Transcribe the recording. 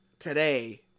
today